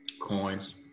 coins